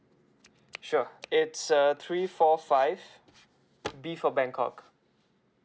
sure it's err three four five B for bangkok